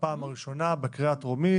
בפעם הראשונה, בקריאה הטרומית.